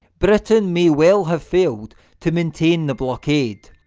britain may well have failed to maintain the blockade,